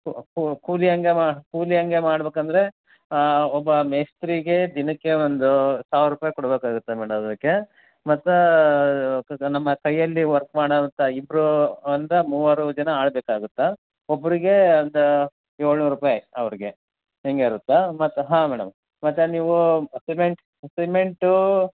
ಕೂ ಕೂ ಕೂಲಿ ಹಂಗ ಮಾ ಕೂಲಿ ಹಂಗೆ ಮಾಡಬೇಕಂದ್ರೆ ಒಬ್ಬ ಮೇಸ್ತ್ರಿಗೆ ದಿನಕ್ಕೆ ಒಂದು ಸಾವಿರ ರೂಪಾಯಿ ಕೊಡಬೇಕಾಗುತ್ತೆ ಮೇಡಮ್ ಅದಕ್ಕೆ ಮತ್ತೆ ನಮ್ಮ ಕೈಯಲ್ಲಿ ವರ್ಕ್ ಮಾಡುವಂತ ಇಬ್ಬರು ಒಂದ ಮೂವರು ಜನ ಆಳ್ಬೇಕಾಗುತ್ತೆ ಒಬ್ರಿಗೆ ಒಂದು ಏಳುನೂರು ರೂಪಾಯಿ ಅವ್ರಿಗೆ ಹಿಂಗ್ ಇರುತ್ತೆ ಮತ್ತೆ ಹಾಂ ಮೇಡಮ್ ಮತ್ತೆ ನೀವು ಸಿಮೆಂಟ್ ಸಿಮೆಂಟೂ